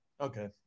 Okay